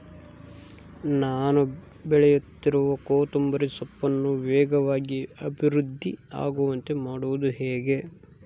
ನಾನು ಬೆಳೆಸುತ್ತಿರುವ ಕೊತ್ತಂಬರಿ ಸೊಪ್ಪನ್ನು ವೇಗವಾಗಿ ಅಭಿವೃದ್ಧಿ ಆಗುವಂತೆ ಮಾಡುವುದು ಹೇಗೆ?